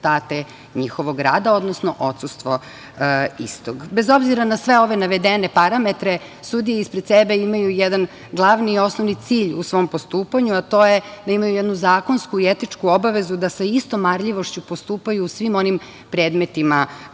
rezultate njihovog rada, odnosno odsustvo istog. Bez obzira na sve ove navedene parametre, sudije ispred sebe imaju jedan glavni i osnovni cilj u svom postupanju, a to je da imaju jednu zakonsku i etičku obavezu da sa istom marljivošću postupaju u svim onim predmetima